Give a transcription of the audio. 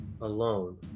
alone